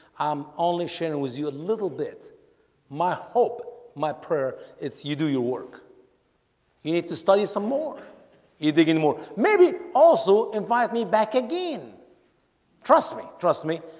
i'm only sharing with you a little bit my hope my prayer if you do your work you need to study some more you dig anymore. maybe also invite me back again trust me. trust me